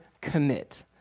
commit